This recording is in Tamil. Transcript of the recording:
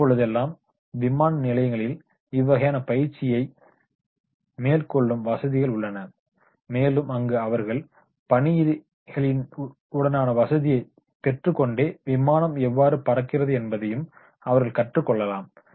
இப்பொழுதெல்லாம் விமான நிலையங்களிலும் இவ்வகையான பயிற்சியை மேற்கொள்ளும் வசதிகள் உள்ளன மேலும் அங்கு அவர்கள் பயணிகளின் உடனான வசதியை பெற்றுக்கொண்டே விமானம் எவ்வாறு பறக்கிறது என்பதையும் அவர்கள் கற்றுக் கொள்ளலாம்